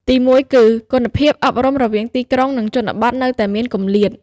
ទីមួយគឺ គុណភាពអប់រំរវាងទីក្រុង និងជនបទនៅតែមានគម្លាត។